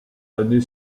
l’année